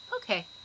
Okay